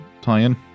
tie-in